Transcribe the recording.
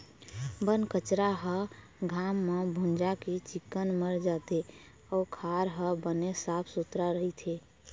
बन कचरा ह घाम म भूंजा के चिक्कन मर जाथे अउ खार ह बने साफ सुथरा रहिथे